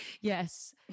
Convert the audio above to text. Yes